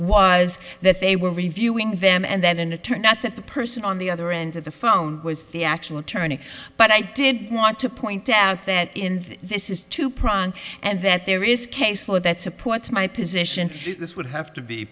was that they were reviewing them and then and it turned out that the person on the other end of the phone was the actual attorney but i did want to point out that in this is two prong and that there is case law that supports my position this would have to be